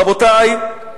רבותי,